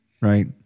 right